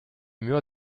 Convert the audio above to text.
mur